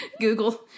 Google